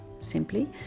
simply